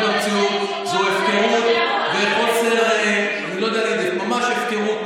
זו הפקרות וחוסר, ממש הפקרות.